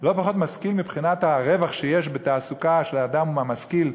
לא פחות משכיל מבחינת הרווח שיש בתעסוקה של האדם המשכיל,